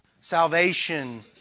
salvation